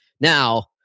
Now